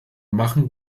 machen